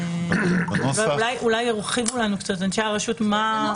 אולי ירחיבו לנו אנשי הרשות.